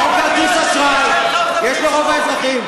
אני לקחתי 40 עורכי דין?